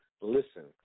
listen